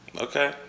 Okay